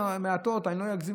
אני לא אגזים,